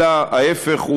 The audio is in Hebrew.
אלא להפך,